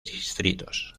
distritos